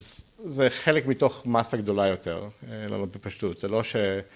‫זה חלק מתוך מסה גדולה יותר, ‫לענות בפשטות. זה לא ש...